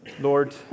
Lord